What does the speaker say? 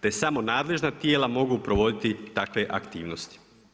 Te samo nadležna tijela mogu provoditi takve aktivnosti.